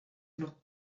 not